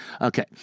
Okay